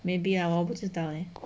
maybe ah 我不知道 leh